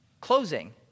closing